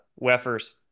Weffers